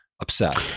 upset